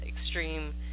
extreme